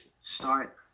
start